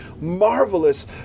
marvelous